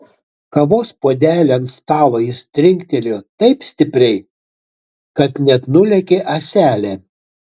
kavos puodelį ant stalo jis trinktelėjo taip stipriai kad net nulėkė ąselė